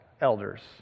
elders